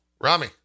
Rami